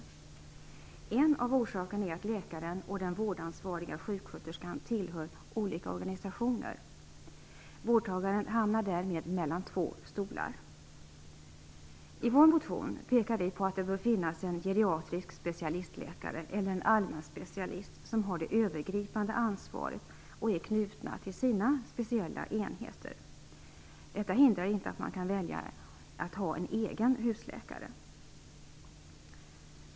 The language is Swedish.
En av orsakerna är att läkaren och den vårdansvariga sjuksköterskan tillhör olika organisationer. Vårdtagaren hamnar därmed mellan två stolar. I vår motion pekar vi på att det bör finnas geriatriska specialistläkare eller allmänna specialister som har det övergripande ansvaret och är knutna till sina speciella enheter. Detta hindrar inte att man kan välja att ha en egen husläkare.